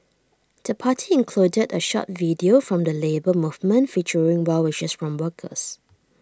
the party included A short video from the Labour Movement featuring well wishes from workers